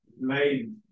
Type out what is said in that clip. made